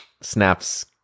snaps